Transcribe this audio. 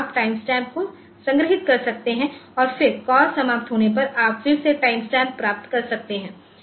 तो आप टाइमस्टैम्प को संग्रहीत कर सकते हैं और फिर कॉल समाप्त होने पर आप फिर से टाइमस्टैम्प प्राप्त कर सकते हैं